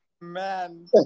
man